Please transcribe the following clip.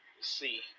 see